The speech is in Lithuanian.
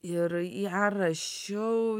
ir ją rašiau